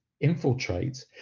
infiltrate